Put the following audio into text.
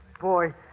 Boy